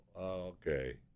Okay